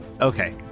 okay